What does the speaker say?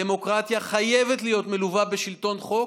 הדמוקרטיה חייבת להיות מלווה בשלטון חוק,